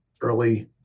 early